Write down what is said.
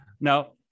Now